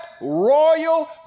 royal